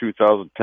2010